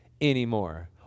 anymore